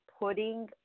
putting